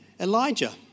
Elijah